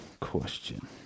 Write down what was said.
question